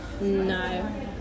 No